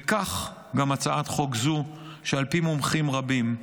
וכך גם הצעת חוק זו, שעל פי מומחים רבים,